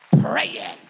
praying